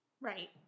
Right